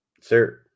sir